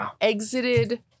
exited